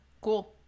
Cool